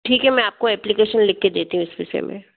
ठीक है मैं आपको एप्लीकेशन लिख कर देता हूँ इस विषय में